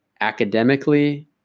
academically